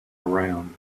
around